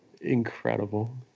Incredible